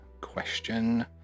question